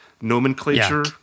nomenclature